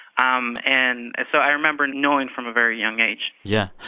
um and so i remember knowing from a very young age yeah.